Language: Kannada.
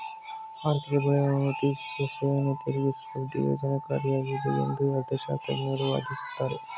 ಆರ್ಥಿಕ ಬೆಳವಣಿಗೆಯನ್ನ ಉತ್ತೇಜಿಸುವ ಸೇವೆಯನ್ನ ತೆರಿಗೆ ಸ್ಪರ್ಧೆ ಪ್ರಯೋಜ್ನಕಾರಿಯಾಗಿದೆ ಎಂದು ಅರ್ಥಶಾಸ್ತ್ರಜ್ಞರು ವಾದಿಸುತ್ತಾರೆ